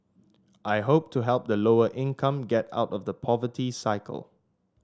I hope to help the lower income get out of the poverty cycle